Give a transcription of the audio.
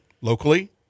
locally